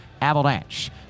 Avalanche